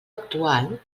actual